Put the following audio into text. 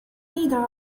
neither